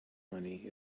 money